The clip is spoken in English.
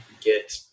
get